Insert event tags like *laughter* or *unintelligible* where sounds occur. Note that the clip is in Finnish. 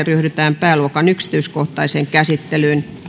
*unintelligible* ryhdytään pääluokan kolmeenkymmeneenviiteen yksityiskohtaiseen käsittelyyn